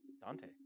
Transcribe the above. Dante